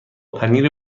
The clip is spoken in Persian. پنیر